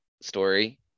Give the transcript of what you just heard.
story